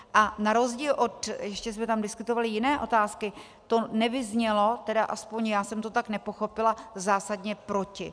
A na rozdíl od ještě jsme tam diskutovali jiné otázky to nevyznělo, tedy aspoň já jsem to tak nepochopila, zásadně proti.